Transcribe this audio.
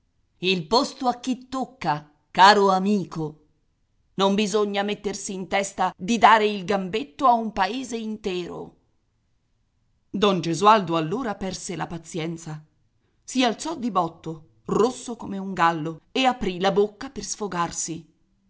il posto a chi tocca caro amico non bisogna mettersi in testa di dare il gambetto a un paese intero don gesualdo allora perse la pazienza si alzò di botto rosso come un gallo e aprì la bocca per sfogarsi